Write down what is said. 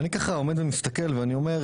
אני עומד ומסתכל ואני אומר,